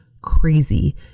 crazy